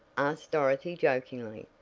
asked dorothy jokingly.